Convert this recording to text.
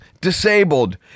disabled